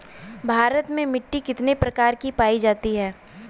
भारत में मिट्टी कितने प्रकार की पाई जाती हैं?